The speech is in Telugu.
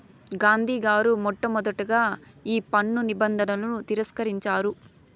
గాంధీ గారు మొట్టమొదటగా ఈ పన్ను నిబంధనలను తిరస్కరించారు